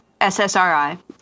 SSRI